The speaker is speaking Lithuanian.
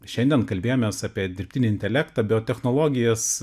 šiandien kalbėjomės apie dirbtinį intelektą biotechnologijas